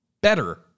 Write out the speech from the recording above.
better